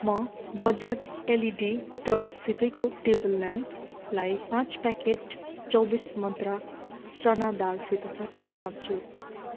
म बजाज एलइडी टर्चसितैको टेबल ल्याम्पलाई पाँच प्याकेट चौबिस मन्त्रा चना दालसित साट्न चाहन्छु